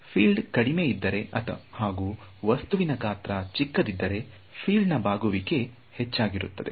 field ಕಡಿಮೆ ಇದ್ದರೆ ಹಾಗೂ ವಸ್ತುವಿನ ಗಾತ್ರ ಚಿಕ್ಕದಿದ್ದರೆ ಫೀಲ್ಡ್ ನಾ ಬಾಗುವಿಕೆ ಹೆಚ್ಚಾಗಿರುತ್ತದೆ